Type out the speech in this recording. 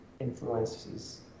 influences